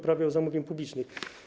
Prawo zamówień publicznych.